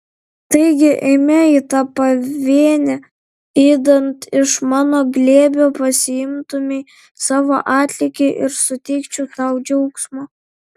taigi eime į tą pavėnę idant iš mano glėbio pasiimtumei savo atlygį ir suteikčiau tau džiaugsmo